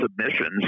submissions